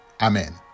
Amen